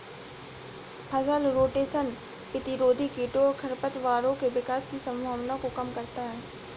फसल रोटेशन प्रतिरोधी कीटों और खरपतवारों के विकास की संभावना को कम करता है